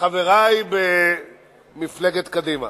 חברי במפלגת קדימה,